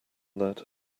that